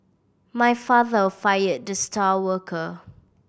my father fired the star worker